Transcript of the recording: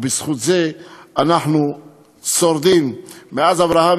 ובזכות זה אנחנו שורדים מאז אברהם,